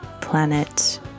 planet